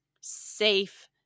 safe